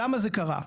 למה זה קרה?